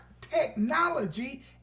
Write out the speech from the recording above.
technology